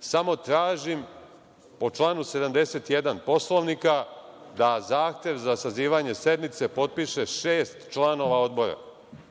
samo tražim po članu 71. Poslovnika da zahtev za sazivanje sednice potpiše šest članova Odbora,